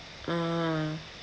ah